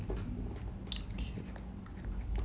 okay